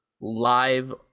live